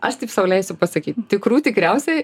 aš taip sau leisiu pasakyt tikrų tikriausia